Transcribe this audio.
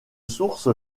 source